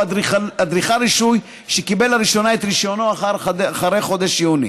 אדריכל רשוי שקיבל לראשונה את רישיונו אחרי חודש יוני,